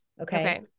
Okay